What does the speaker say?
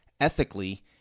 ethically